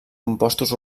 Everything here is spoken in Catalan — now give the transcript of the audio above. compostos